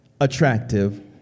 attractive